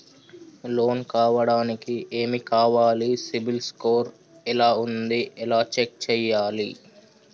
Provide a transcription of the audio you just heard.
Loan కావడానికి ఏమి కావాలి సిబిల్ స్కోర్ ఎలా ఉంది ఎలా చెక్ చేయాలి?